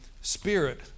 spirit